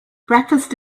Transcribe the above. breakfast